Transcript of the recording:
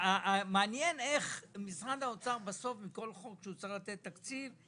מעניין איך מכל חוק שמשרד האוצר צריך לתת בו תקציב,